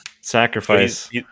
Sacrifice